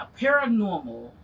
paranormal